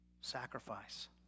sacrifice